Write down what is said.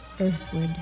Earthward